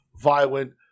violent